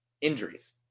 Injuries